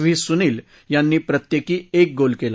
V Sunil यांनी प्रत्येकी एक गोल केला